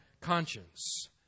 conscience